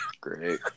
Great